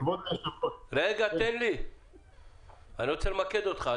כבוד היושב-ראש -- רגע, אני רוצה למקד אותך.